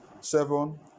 seven